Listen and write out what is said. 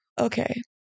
okay